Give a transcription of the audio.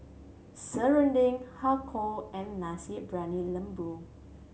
serunding Har Kow and Nasi Briyani Lembu